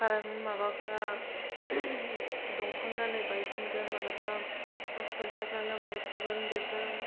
खारेन्ट माबाफ्रा दंफां दालाय बायसिनगोन मालाबा पस्थ खुन्थियाफ्रानो बायसगोन बेफोर